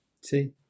See